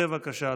בבקשה,